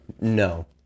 No